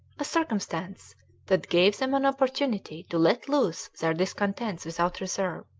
a circumstance that gave them an opportunity to let loose their discontents without reserve.